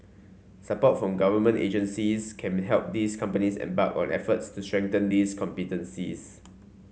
support from government agencies can help these companies embark on efforts to strengthen these competencies